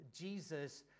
Jesus